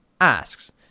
asks